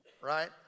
right